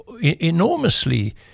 enormously